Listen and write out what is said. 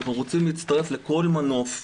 אנחנו רוצים להצטרף לכל מנוף.